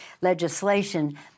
legislation